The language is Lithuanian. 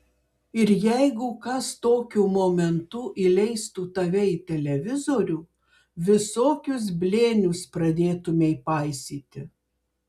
ir jeigu kas tokiu momentu įleistų tave į televizorių visokius blėnius pradėtumei paistyti